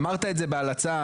אמרת את זה בהלצה,